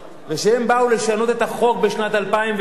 וכשהם באו לשנות את החוק בשנת 2007,